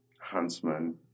Huntsman